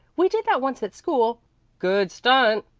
we did that once at school good stunt,